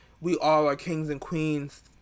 we-all-are-kings-and-queens